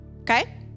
Okay